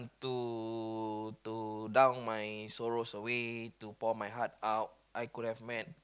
to to down my sorrows away to pour my heart out I could have met